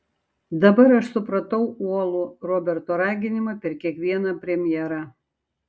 dabar aš supratau uolų roberto raginimą per kiekvieną premjerą